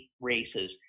races